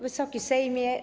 Wysoki Sejmie!